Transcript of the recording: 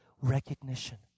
Recognition